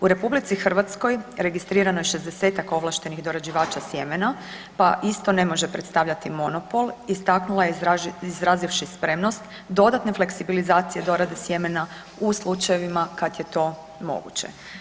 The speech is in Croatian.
U RH registrirano je 60-ak ovlaštenih dorađivača sjemena, pa isto ne može predstavljati monopol, istaknula je izrazivši spremnost dodatne fleksibilizacije dorade sjemena u slučajevima kad je to moguće.